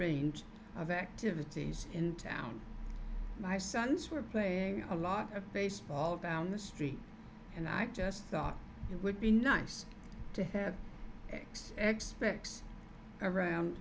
range of activities in town my sons were playing a lot of baseball down the street and i just thought it would be nice to have x x specs around